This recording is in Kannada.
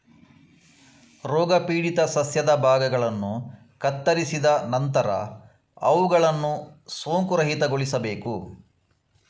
ರೋಗಪೀಡಿತ ಸಸ್ಯದ ಭಾಗಗಳನ್ನು ಕತ್ತರಿಸಿದ ನಂತರ ಅವುಗಳನ್ನು ಸೋಂಕುರಹಿತಗೊಳಿಸಬೇಕು